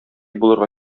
булырга